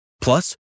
Plus